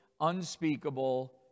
unspeakable